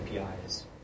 APIs